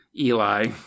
Eli